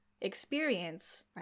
experience